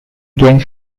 games